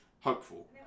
hopeful